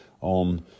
on